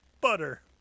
butter